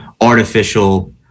artificial